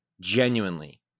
genuinely